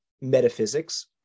metaphysics